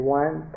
one